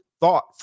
thought